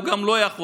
הוא לא יכול.